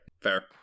Fair